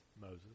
Moses